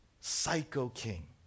psycho-king